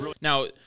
Now